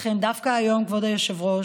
לכן, דווקא היום, כבוד היושב-ראש,